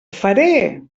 faré